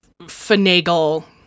finagle